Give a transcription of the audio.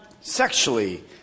sexually